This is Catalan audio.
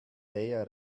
deia